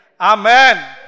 Amen